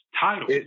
title